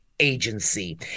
agency